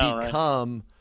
become